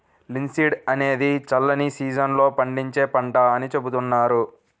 linseed అనేది చల్లని season లో పండించే పంట అని చెబుతున్నారు